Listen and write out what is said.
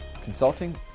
consulting